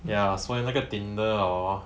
ya 所以那个 Tinder hor